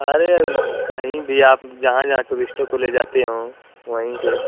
अरे कहीं भी आप जहाँ जहाँ टूरिस्टों को ले जाते हों वहीं पे